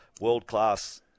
world-class